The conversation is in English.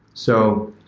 so,